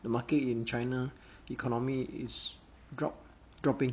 the market in china economy is drop dropping